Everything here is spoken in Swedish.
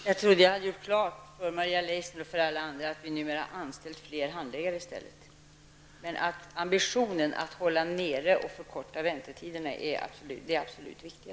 Herr talman! Jag trodde att jag hade gjort klart för Maria Leissner och alla andra att vi numera har anställt fler handläggare. Det absolut viktigaste är ambitionen att hålla nere och förkorta väntetiderna.